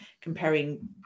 comparing